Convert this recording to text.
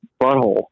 butthole